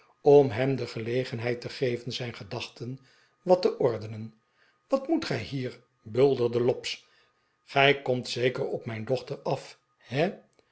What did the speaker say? om hem de gelegenheid te geven zijn gedachten wat te ordenen wat moet gij hier bulderde lobbs gij komt zeker op mijn dochter af he